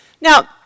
now